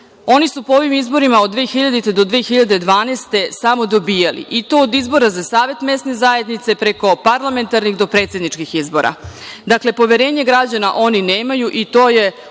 Oni su po ovim izborima, od 2000. do 2012. godine, samo dobijali, i to od izbora za savet mesne zajednice, preko parlamentarnih do predsedničkih izbora. Dakle, poverenje građana oni nemaju i u to